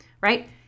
right